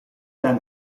ten